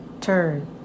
turn